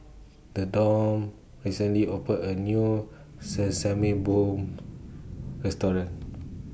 Thedore recently opened A New Sesame Balls Restaurant